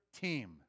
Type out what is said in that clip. team